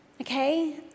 okay